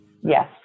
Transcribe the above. Yes